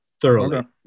thoroughly